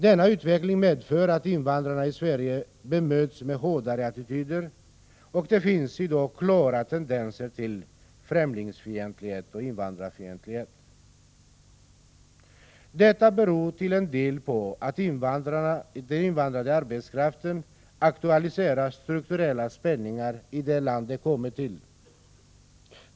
Denna utveckling medför att invandrarna i Sverige möts av hårdnande attityder; det finns i dag klara tendenser till främlingsfientlighet och invandrarfientlighet. Detta beror till en del på att den invandrade arbetskraften aktualiserar strukturella spänningar i det land de kommer till.